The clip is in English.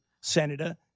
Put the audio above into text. Senator